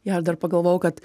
jo ir dar pagalvojau kad